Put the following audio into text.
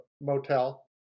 Motel